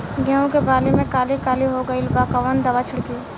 गेहूं के बाली में काली काली हो गइल बा कवन दावा छिड़कि?